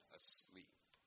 asleep